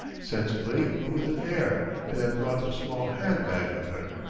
sensibly but with an air, and had brought a small hand-bag with her.